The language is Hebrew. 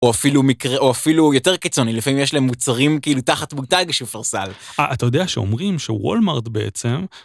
או אפילו מקרה, או אפילו יותר קיצוני, לפעמים יש להם מוצרים כאילו תחת מותג של שופרסל. אתה יודע שאומרים שוולמארט, בעצם...